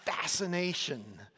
fascination